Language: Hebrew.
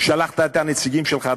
שלחת את הנציגים שלך,